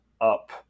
up